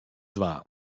dwaan